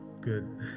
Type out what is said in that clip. Good